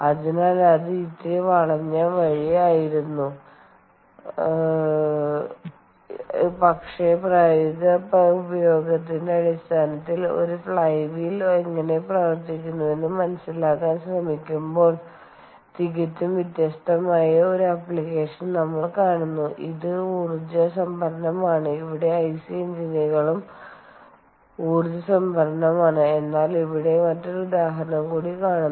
അതിനാൽ അത് ഇത്തിരി വളഞ്ഞവഴി ആയിരുന്നു പക്ഷേ പ്രായോഗിക പ്രയോഗത്തിന്റെ അടിസ്ഥാനത്തിൽ ഒരു ഫ്ലൈ വീൽ എങ്ങനെ പ്രവർത്തിക്കുന്നുവെന്ന് മനസിലാക്കാൻ ശ്രമിക്കുമ്പോൾ തികച്ചും വ്യത്യസ്തമായ ഒരു ആപ്ലിക്കേഷൻ നമ്മൾ കാണുന്നു അത് ഊർജ്ജ സംഭരണമാണ് അവിടെ ഐസി എഞ്ചിനുകളും ഊർജ്ജ സംഭരണമാണ് എന്നാൽ ഇവിടെ മറ്റൊരു ഉദാഹരണം കൂടി കാണുന്നു